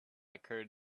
occurred